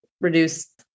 reduce